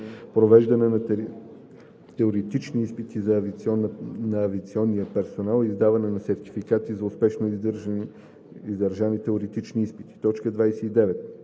провеждане на теоретични изпити на авиационния персонал и издаване на сертификати за успешно издържани теоретични изпити; 29.